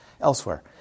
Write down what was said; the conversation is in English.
elsewhere